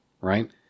right